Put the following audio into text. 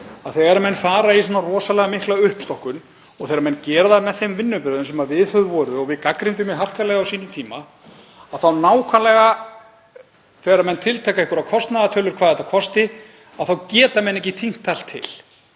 þegar menn fara í svona rosalega mikla uppstokkun og þegar menn gera það með þeim vinnubrögðum sem viðhöfð voru og við gagnrýndum mjög harkalega á sínum tíma, þegar menn tiltaka einhverjar kostnaðartölur, hvað þetta kosti, þá geta menn ekki tínt allt til.